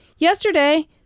Yesterday